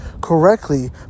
correctly